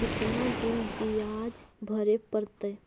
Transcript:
कितना दिन बियाज भरे परतैय?